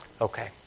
Okay